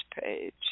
page